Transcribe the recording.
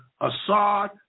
Assad